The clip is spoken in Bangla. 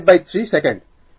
এটি τ